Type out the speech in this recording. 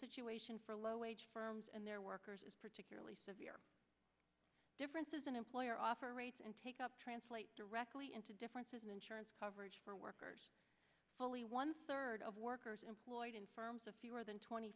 situation for low wage firms and their workers is particularly severe differences in employer offer rates and take up translate directly into differences in insurance coverage for workers fully one third of workers employed in firms of fewer than twenty